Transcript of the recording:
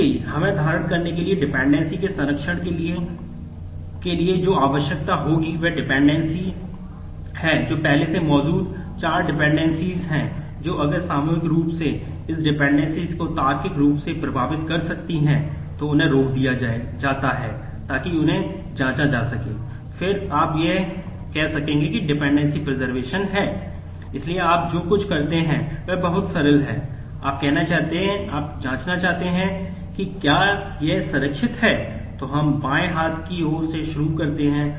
इसलिए हमें धारण करने के लिए डिपेंडेंसी की गणना करते हैं